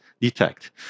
detect